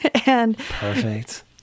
Perfect